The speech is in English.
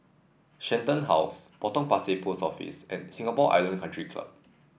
Shenton House Potong Pasir Post Office and Singapore Island Country Club